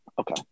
okay